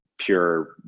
pure